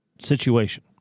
situation